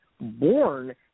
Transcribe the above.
born